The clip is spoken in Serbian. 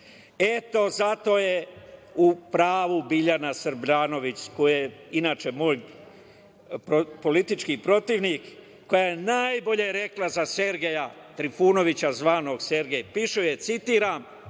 zato je u pravu Biljana Srbljanović, koja je inače moj politički protivnik, koja je najbolje rekla za Sergeja Trifunovića, zvanog Sergej pišoje, citiram: